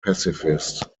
pacifist